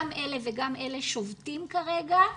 גם אלה וגם אלה שובתים כרגע.